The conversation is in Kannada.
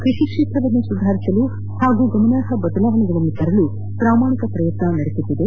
ಕೃಷಿ ಕ್ಷೇತ್ರವನ್ನು ಸುಧಾರಿಸಲು ಹಾಗೂ ಗಮನಾರ್ಹ ಬದಲಾವಣೆಗಳನ್ನು ತರಲು ಪ್ರಾಮಾಣಿಕ ಪ್ರಯತ್ನ ಮಾಡುತ್ತಿದೆ